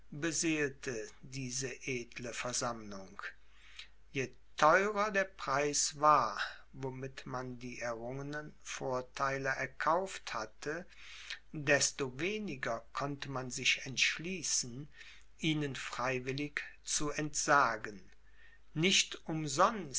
beseelte diese edle versammlung je theurer der preis war womit man die errungenen vortheile erkauft hatte desto weniger konnte man sich entschließen ihnen freiwillig zu entsagen nicht umsonst